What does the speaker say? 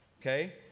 okay